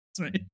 right